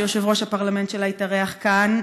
שיושב-ראש הפרלמנט שלה התארח כאן,